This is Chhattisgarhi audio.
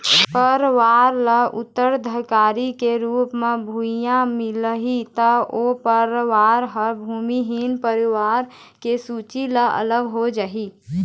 परवार ल उत्तराधिकारी के रुप म भुइयाँ मिलही त ओ परवार ह भूमिहीन परवार के सूची ले अलगे हो जाही